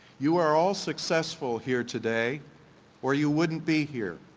you are all successful here today or you wouldn't be here,